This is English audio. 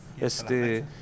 Este